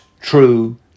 true